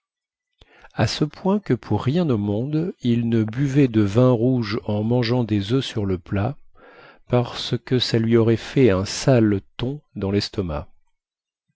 à ce point que pour rien au monde il ne buvait de vin rouge en mangeant des oeufs sur le plat parce que ça lui aurait fait un sale ton dans lestomac